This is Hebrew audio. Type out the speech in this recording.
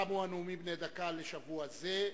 תמו הנאומים בני דקה לשבוע זה.